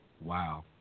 Wow